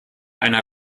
einer